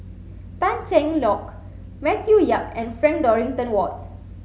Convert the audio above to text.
Tan Cheng Lock Matthew Yap and Frank Dorrington Ward